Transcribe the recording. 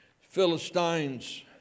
Philistines